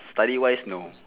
study wise no